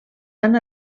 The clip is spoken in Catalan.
van